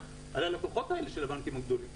על הלקוחות האלה של הבנקים הגדולים.